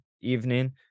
evening